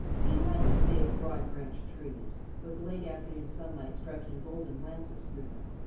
he liked the big, broad-branched trees, with the late afternoon sunlight striking golden lances through them.